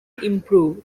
improve